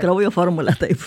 kraujo formulę taip